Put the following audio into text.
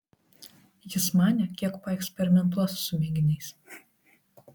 jis manė kiek paeksperimentuos su mėginiais